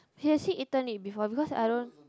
has he eaten it before because I don't